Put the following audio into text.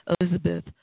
Elizabeth